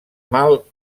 mal